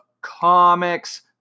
Comics